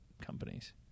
companies